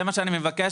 זה מה שאני מבקש,